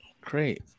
great